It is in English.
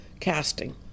casting